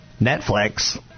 Netflix